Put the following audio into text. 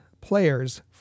players—